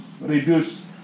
reduce